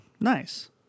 Nice